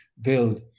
build